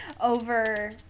over